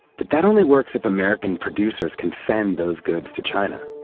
but that only works if american producers can send those goods to china.